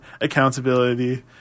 accountability